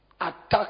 attack